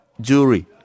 jury